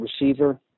receiver